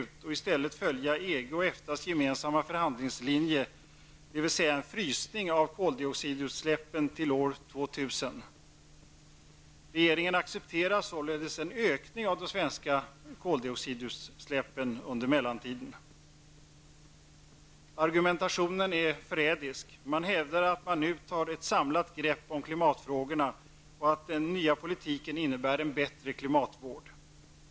Regeringen vill i stället följa EGs och EFTAs gemensamma förhandlingslinje, som innebär en frysning av koldixidutsläppen till år 2000. Regeringen accepterar således en ökning av de svenska koldioxidutsläppen under mellantiden. Argumentationen är förrädiskt. Man hävdar att man nu tar ett samlat grepp om klimatfrågorna oden nya politiken innebär en bättre klimatvård.